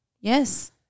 Yes